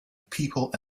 people